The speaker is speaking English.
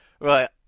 right